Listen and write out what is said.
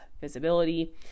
visibility